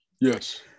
yes